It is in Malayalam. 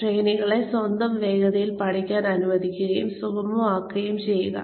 ട്രെയിനികളെ സ്വന്തം വേഗതയിൽ പഠിക്കാൻ അനുവദിക്കുകയും സുഗമമാക്കുകയും ചെയ്യുക